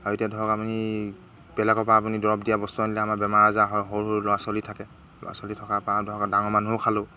আৰু এতিয়া ধৰক আপুনি বেলেগৰপৰা আপুনি দৰৱ দিয়া বস্তু আনিলে আমাৰ বেমাৰ আজাৰ হয় সৰু সৰু ল'ৰা ছোৱালী থাকে ল'ৰা ছোৱালী থকাৰ পৰা ধৰক ডাঙৰ মানুহেও খালোঁ